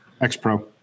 X-Pro